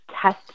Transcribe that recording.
test